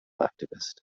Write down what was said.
activist